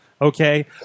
Okay